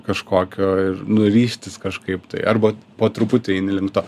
kažkokio nu ryžtis kažkaip tai arba po truputį eini link to